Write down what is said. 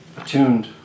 attuned